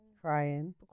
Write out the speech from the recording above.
crying